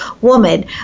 woman